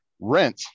rent